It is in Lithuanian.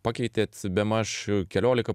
pakeitėt bemaž kelioliką